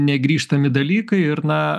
negrįžtami dalykai ir na